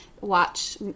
watch